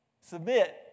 Submit